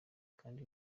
kandi